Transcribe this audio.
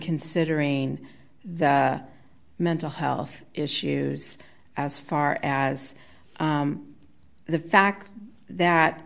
considering the mental health issues as far as the fact that